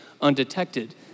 undetected